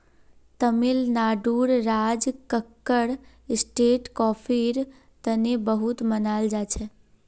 तमिलनाडुर राज कक्कर स्टेट कॉफीर तने बहुत मनाल जाछेक